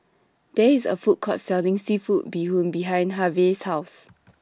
There IS A Food Court Selling Seafood Bee Hoon behind Harve's House